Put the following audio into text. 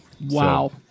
Wow